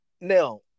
Now